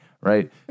Right